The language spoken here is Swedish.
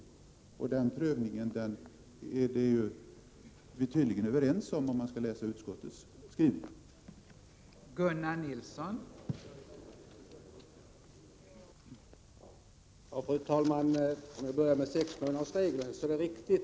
Att en sådan omprövning skall göras är vi tydligen överens om, ifall jag rätt förstått utskottets skrivning.